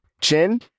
Chin